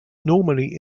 normally